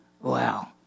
Wow